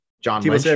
John